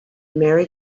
mary